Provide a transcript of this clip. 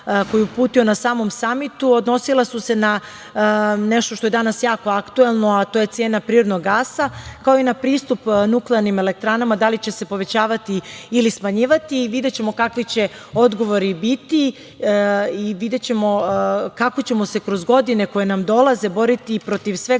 koje je uputio na samom samitu, a odnosila su se na nešto što je danas jako aktuelno, a to je cena prirodnog gasa, kao i na pristup nuklearnim elektranama, da li će se povećavati ili smanjivati. Videćemo kakvi će odgovori biti i videćemo se kako ćemo se kroz godine koje dolaze boriti protiv svega